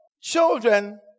children